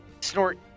snort